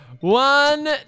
one